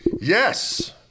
Yes